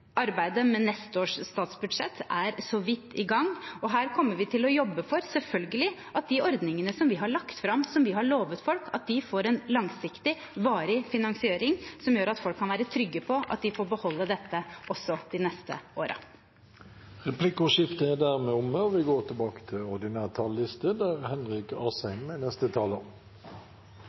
Arbeidet med neste års statsbudsjett er så vidt i gang, og her kommer vi til å jobbe for, selvfølgelig, at de ordningene som vi har lagt fram, som vi har lovet folk, får en langsiktig, varig finansiering, som gjør at folk kan være trygge på at de får beholde dette også de neste årene. Replikkordskiftet er dermed omme.